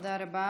תודה רבה.